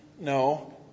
No